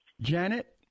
Janet